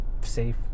Safe